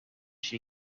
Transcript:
she